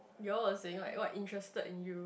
you all were saying like what interested in you